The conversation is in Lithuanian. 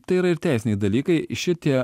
tai yra ir teisiniai dalykai šitie